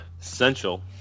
essential